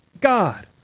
God